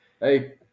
hey